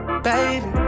Baby